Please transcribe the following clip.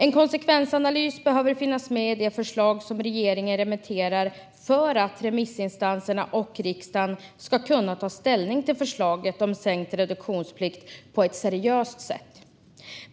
En konsekvensanalys behöver finnas med i det förslag som regeringen remitterar för att remissinstanserna och riksdagen ska kunna ta ställning till förslaget om sänkt reduktionsplikt på ett seriöst sätt.